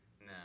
No